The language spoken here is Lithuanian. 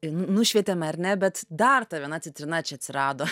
n nušvietėme ar ne bet dar ta viena citrina čia atsirado